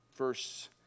Verse